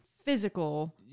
physical